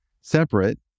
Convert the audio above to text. separate